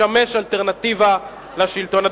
לשמש אלטרנטיבה לשלטון.